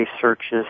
searches